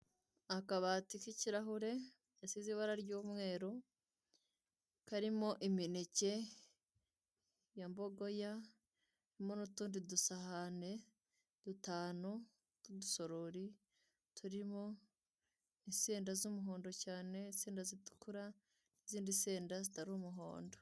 Akabati k'ikirahure gasize ibara ry'umweru karimo imineke ya mbogoya harimo n'utundi dusahane dutanu n'udusorori turimo insenda z'umuhondo cyane insenda zitukura n'izindi nsenda zitari umuhondo.